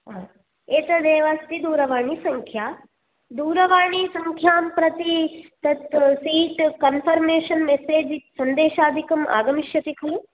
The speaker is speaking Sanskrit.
हा एतद् एव अस्ति दूरवाणीसंख्या दूरवाणीसंख्यां प्रति तद् सीट् कन्फर्मेशन् मेसेज् सन्देशादिकम् आगमिष्यति खलु